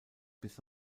bis